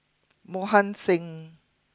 Mohan Singh